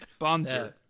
Bonzer